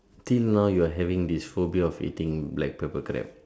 till now you are having this phobia of eating black pepper crab